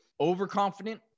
overconfident